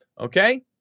Okay